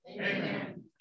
amen